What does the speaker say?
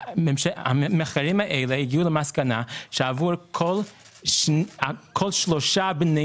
המחקרים האלה הגיעו למסקנה שעבור כל שלושה בני